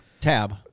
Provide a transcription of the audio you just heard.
tab